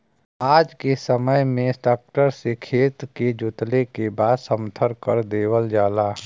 आज के समय में ट्रक्टर से खेत के जोतले के बाद समथर कर देवल जाला